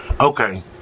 Okay